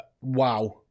Wow